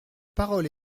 parole